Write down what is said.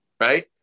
Right